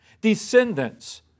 descendants